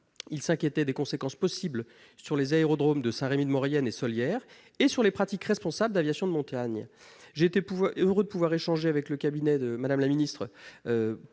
sont inquiétés des conséquences possibles sur les aérodromes de Saint-Rémy-de-Maurienne et Sollières et sur les pratiques responsables d'aviation de montagne. J'ai été heureux d'échanger avec le cabinet de Mme la secrétaire